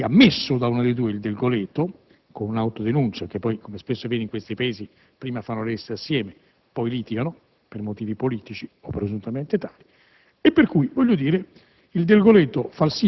insieme compiono un atto grave, ammesso da uno dei due, il Del Goleto, con un'autodenuncia: come spesso avviene in questi paesi, prima fanno la lista assieme e poi litigano per motivi politici o presunti tali.